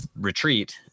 retreat